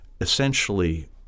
essentially